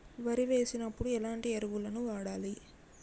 వరి వేసినప్పుడు ఎలాంటి ఎరువులను వాడాలి?